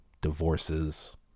divorces